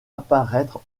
apparaître